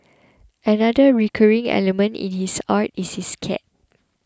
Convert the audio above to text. another recurring element in his art is his cat